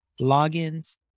logins